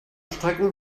strecken